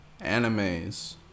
animes